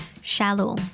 Shallow